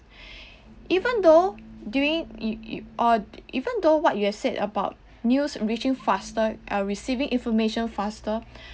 even though during e~ e~ uh even though what you have said about news reaching faster are receiving information faster